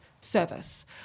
service